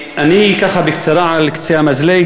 ככה בקצרה על קצה המזלג,